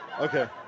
Okay